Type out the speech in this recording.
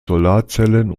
solarzellen